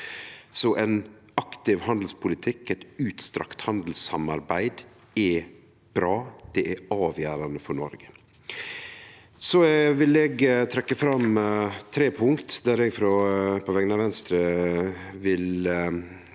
Så ein aktiv handelspolitikk, eit omfattande handelssamarbeid, er bra. Det er avgjerande for Noreg. Eg vil trekkje fram tre punkt der eg på vegner av Venstre vil